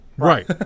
Right